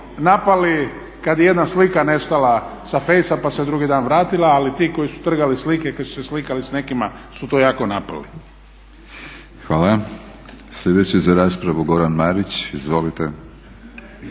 napali kad je jedna slika nastala sa fejs pa se drugi dan vratila, ali ti koji su trgali slike i koji su se slikali s nekima su to jako napali. **Batinić, Milorad (HNS)** Hvala. Slijedeći za raspravu Goran Marić. Izvolite.